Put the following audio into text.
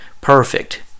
perfect